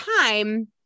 time